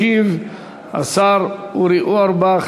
ישיב השר אורי אורבך,